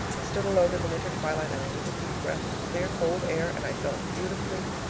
i stood alone in the winter twilight, and i took a deep breath of clear cold air, and i felt beautifully,